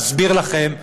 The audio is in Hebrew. להסביר לכם,